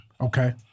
Okay